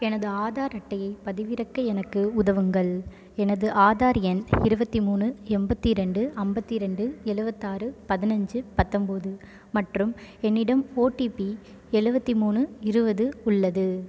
எனது ஆதார் அட்டையைப் பதிவிறக்க எனக்கு உதவுங்கள் எனது ஆதார் எண் இருபத்தி மூணு எண்பத்தி ரெண்டு ஐம்பத்தி ரெண்டு எழுபத்தாறு பதினைஞ்சி பத்தொன்போது மற்றும் என்னிடம் ஓடிபி எழுபத்தி மூணு இருபது உள்ளது